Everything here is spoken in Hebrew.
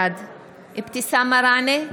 בעד אבתיסאם מראענה,